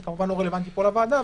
זה כמובן לא רלוונטי פה לוועדה,